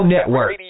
Network